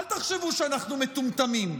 אל תחשבו שאנחנו מטומטמים.